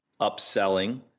upselling